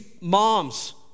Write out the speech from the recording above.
moms